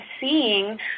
seeing